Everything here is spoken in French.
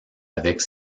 avec